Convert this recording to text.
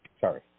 Sorry